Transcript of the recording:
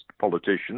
politician